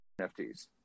NFTs